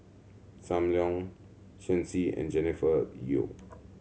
Sam Leong Shen Xi and Jennifer Yeo